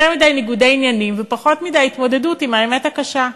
יותר מדי ניגודי עניינים ופחות מדי התמודדות עם האמת הקשה.